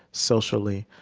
socially,